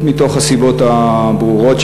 מתוך הסיבות הברורות,